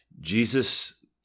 Jesus